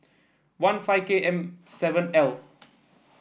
one five K M seven L